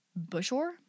Bushor